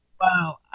Wow